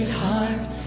heart